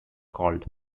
called